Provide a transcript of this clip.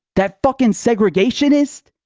that fucking segregationist?